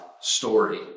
story